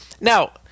Now